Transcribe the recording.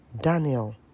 Daniel